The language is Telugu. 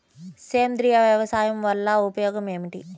సేంద్రీయ వ్యవసాయం వల్ల ఉపయోగం ఏమిటి?